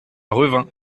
revin